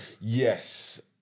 Yes